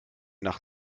nach